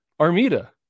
Armida